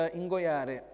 ingoiare